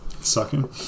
Sucking